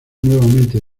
nuevamente